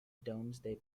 domesday